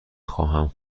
خواهم